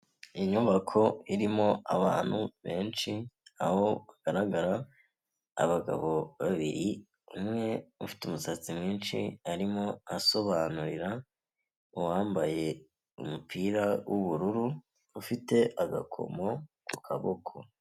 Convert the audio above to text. nyubako irimo abantu benshi aho hagaragara abagabo babiri, umwe ufite umusatsi mwinshi arimo asobanurira uwambaye umupira w'ubururu ufite agakomo ku kaboko.